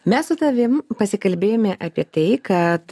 mes su tavim pasikalbėjome apie tai kad